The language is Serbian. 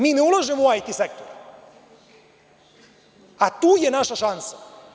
Mi ne ulažemo u IT sektor, a tu je naša šansa.